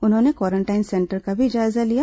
उन्होंने quarantine centre का भी जायजा लिया